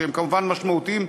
שהם כמובן משמעותיים,